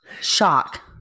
Shock